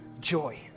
joy